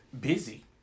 busy